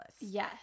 Yes